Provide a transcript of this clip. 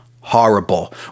horrible